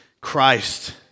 Christ